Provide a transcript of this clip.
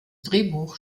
drehbuch